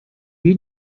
you